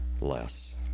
less